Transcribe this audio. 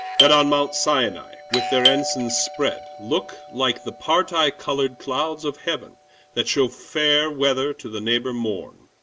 that on mount sinai, with their ensigns spread, look like the parti-colour'd clouds of heaven that shew fair weather to the neighbour morn.